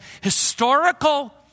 historical